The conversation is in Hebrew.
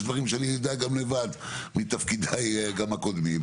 יש דברים שאני יודע גם לבד מתפקידי גם הקודמים.